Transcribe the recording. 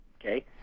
okay